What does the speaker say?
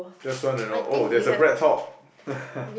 just wanna know oh there's a BreadTalk